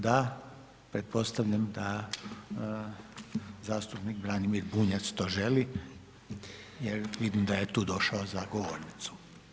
Da, pretpostavljam da zastupnik Branimir Bunjac to želi jer vidim da je tu došao za govornicu.